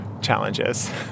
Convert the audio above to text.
challenges